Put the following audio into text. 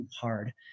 hard